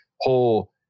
whole